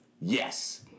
yes